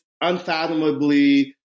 unfathomably